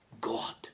God